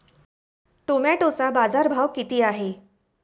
टोमॅटोचा बाजारभाव किती आहे?